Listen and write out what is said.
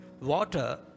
water